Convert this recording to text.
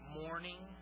morning